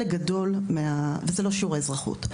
וזה לא שיעורי אזרחות.